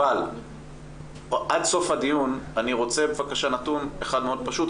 אבל עד סוף הדיון אני רוצה בבקשה נתון אחד מאוד פשוט.